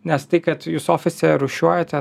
nes tai kad jūs ofise rūšiuojate